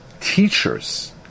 teachers